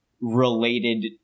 related